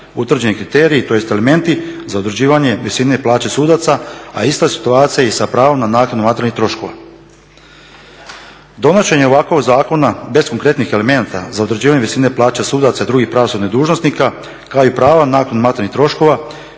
utvrđeni kriteriji tj. elementi za određivanje visine plaće sudaca, a ista je situacija i sa pravom na naknadu materijalnih troškova. Donošenjem ovakvog zakona bez konkretnih elemenata za utvrđivanje visine plaće sudaca i drugih pravosudnih dužnosnika, kao i prava na naknadu materijalnih troškova,